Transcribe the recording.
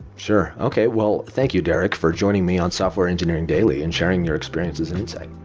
sure. okay, well thank you derek for joining me on software engineering daily and sharing your experiences and insights.